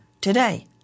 today